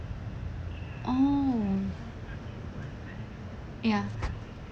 oh ya